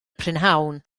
prynhawn